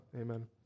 Amen